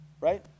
right